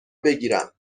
بگیرم